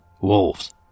wolves